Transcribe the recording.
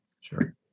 Sure